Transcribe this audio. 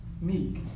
Meek